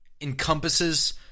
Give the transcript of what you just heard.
encompasses –